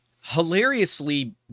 Hilariously